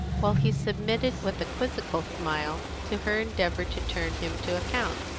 while he submitted with a quizzical smile to her endeavours to turn him to account.